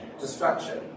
destruction